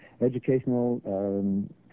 educational